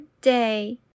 day